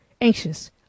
anxious